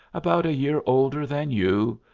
about a year older than you,